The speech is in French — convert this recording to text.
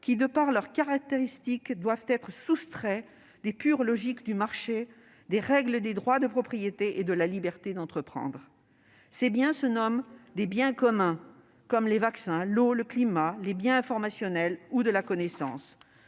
qui, par leurs caractéristiques, doivent être soustraits des pures logiques du marché, des règles relatives aux droits de propriété et de la liberté d'entreprendre. Ces biens se nomment des « biens communs », comme les vaccins, l'eau, le climat, les biens informationnels ou de la connaissance.